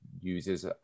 uses